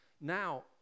Now